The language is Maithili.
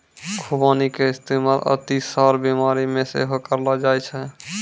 खुबानी के इस्तेमाल अतिसार बिमारी मे सेहो करलो जाय छै